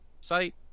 site